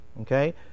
Okay